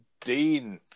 Dean